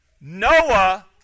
Noah